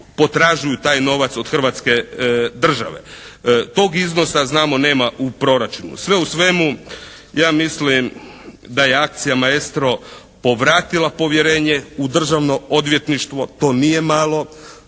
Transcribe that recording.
potražuju taj novac od Hrvatske države. Tog iznosa znamo nema u proračunu. Sve u svemu ja mislim da je akcija "Maestro" povratila povjerenje u Državno odvjetništvo. To nije malo.